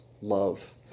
love